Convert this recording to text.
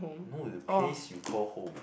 no the place you call home